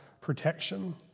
protection